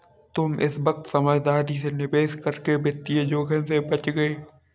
तुम इस वक्त समझदारी से निवेश करके वित्तीय जोखिम से बच गए